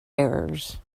errors